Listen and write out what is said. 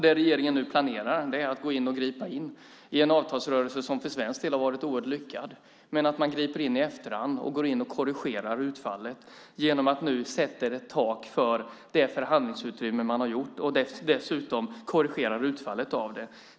Det regeringen nu planerar är att gripa in i en avtalsrörelse som för svensk del har varit oerhört lyckad, men man griper in i efterhand och går in och korrigerar utfallet genom att nu sätta ett tak för det förhandlingsutrymme man har att röra sig med och dessutom korrigerar man utfallet av det.